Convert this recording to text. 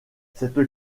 cette